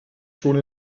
schon